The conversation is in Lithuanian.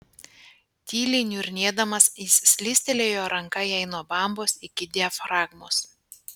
tyliai niurnėdamas jis slystelėjo ranka jai nuo bambos iki diafragmos